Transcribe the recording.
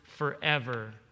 forever